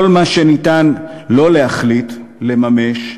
כל מה שאפשר לא להחליט לממש,